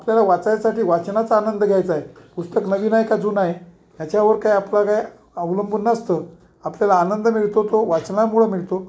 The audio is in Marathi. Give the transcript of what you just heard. आपल्याला वाचाण्या साठी वाचनाचा आनंद घ्यायचाय पुस्तक नवीन का जुनाय ह्याच्यावर काय आपला काय अवलंबून नसतं आपल्याला आनंद मिळतो तो वाचनामुळं मिळतो